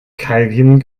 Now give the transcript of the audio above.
keilriemen